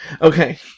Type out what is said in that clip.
Okay